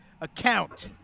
account